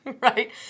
Right